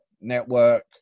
network